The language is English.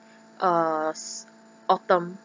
uh s~ autumn